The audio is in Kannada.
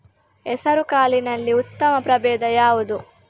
ಹೆಸರುಕಾಳಿನಲ್ಲಿ ಉತ್ತಮ ಪ್ರಭೇಧ ಯಾವುದು?